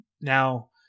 now